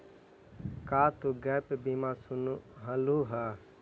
का तु गैप बीमा सुनलहुं हे?